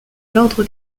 l’ordre